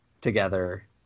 together